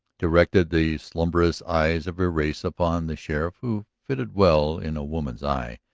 directed the slumbrous eyes of her race upon the sheriff who fitted well in a woman's eye,